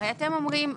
הרי אתם אומרים,